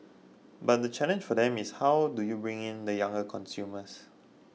but the challenge for them is how do you bring in the younger consumers